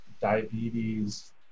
diabetes